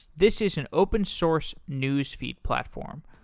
this is an open source newsfeed platform.